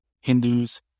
Hindus